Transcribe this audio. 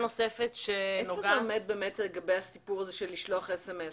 איפה זה עומד לגבי הסיפור של לשלוח סמ"ס?